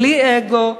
בלי אגו,